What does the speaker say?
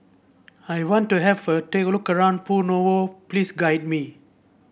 I want to have a take look around Novo please guide me